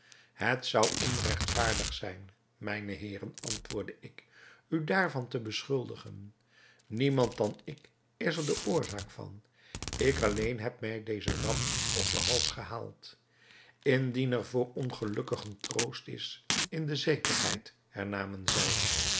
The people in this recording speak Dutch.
het zou onregtvaardig zijn mijne heeren antwoordde ik u daarvan te beschuldigen niemand dan ik is er de oorzaak van ik alleen heb mij deze ramp op den hals gehaald indien er voor ongelukkigen troost is in de zekerheid hernamen zij